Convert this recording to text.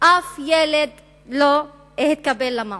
אף ילד לא התקבל למעון.